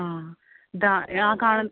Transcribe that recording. ആ ദാ ആ കാണുന്നത്